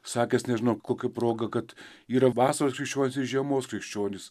sakęs nežinau kokia proga kad yra vasaros krikščionys ir žiemos krikščionys